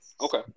Okay